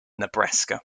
nebraska